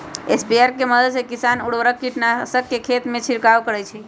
sprayer के मदद से किसान उर्वरक, कीटनाशक के खेतमें छिड़काव करई छई